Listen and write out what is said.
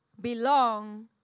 belong